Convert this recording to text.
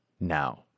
now